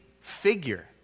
figure